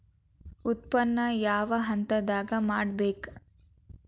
ಉತ್ಪನ್ನ ಯಾವ ಹಂತದಾಗ ಮಾಡ್ಬೇಕ್?